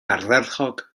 ardderchog